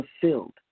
fulfilled